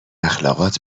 اخلاقات